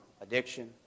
addiction